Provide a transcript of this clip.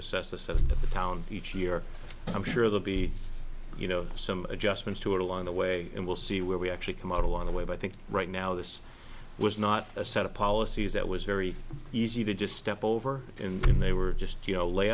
assess assess the town each year i'm sure they'll be you know some adjustments to it along the way and we'll see where we actually come out along the way but i think right now this was not a set of policies that was very easy to just step over in when they were just you know lay